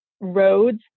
roads